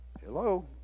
Hello